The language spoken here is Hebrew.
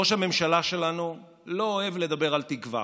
ראש הממשלה שלנו לא אוהב לדבר על תקווה.